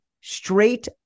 straight